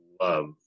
love